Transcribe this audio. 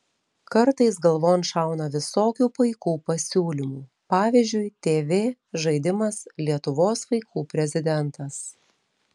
kartais galvon šauna visokių paikų pasiūlymų pavyzdžiui tv žaidimas lietuvos vaikų prezidentas